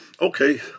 okay